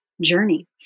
journey